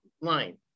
line